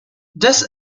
this